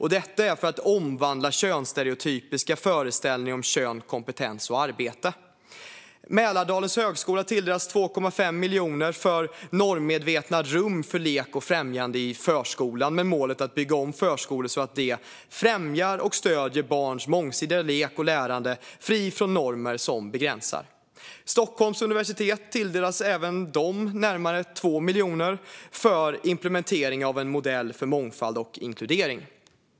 Målet är att omvandla könsstereotypa föreställningar om kön, kompetens och arbete. Mälardalens högskola tilldelas 2,5 miljoner för Normmedvetna rum för lek och lärande i förskolan. Målet handlar om att bygga om förskolor så att de främjar och stöder barns mångsidiga lek och lärande och är fria från normer som begränsar. Stockholms universitet tilldelas närmare 2 miljoner för implementering av en modell för mångfald och inkludering.